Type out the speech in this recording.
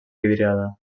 vidriada